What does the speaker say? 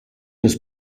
des